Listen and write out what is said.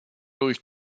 durch